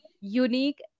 unique